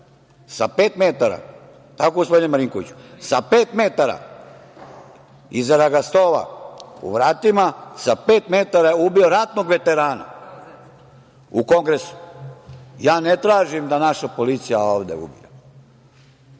sa pet metara, jer tako, gospodine Marinkoviću, sa pet metara iza ragastola u vratima, sa pet metara je ubio ratnog veterana u Kongresu. Ja ne tražim da naša policija ovde ubije. Ja